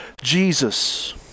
Jesus